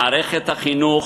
מערכת החינוך